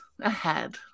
ahead